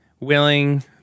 Willing